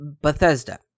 Bethesda